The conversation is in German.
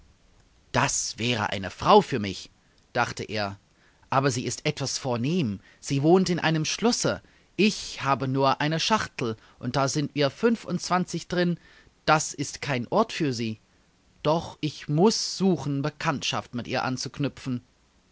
das wäre eine frau für mich dachte er aber sie ist etwas vornehm sie wohnt in einem schlosse ich habe nur eine schachtel und da sind wir fünfundzwanzig darin das ist kein ort für sie doch ich muß suchen bekanntschaft mit ihr anzuknüpfen